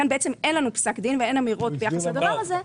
בעצם אין לנו פסק דין ואין אמירות ביחס לדבר הזה.